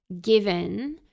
given